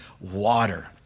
water